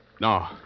no